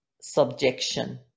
subjection